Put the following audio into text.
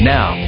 Now